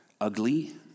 ugly